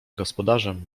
gospodarzem